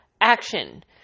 action